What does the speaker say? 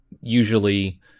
usually